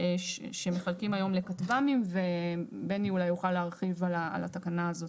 שמחלקים היום לכטב"מים ובני אולי יוכל להרחיב על התקנה הזאת.